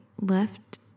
left